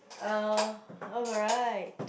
uh alright